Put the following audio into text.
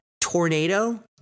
tornado